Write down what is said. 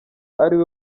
ariwe